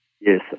Yes